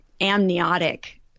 amniotic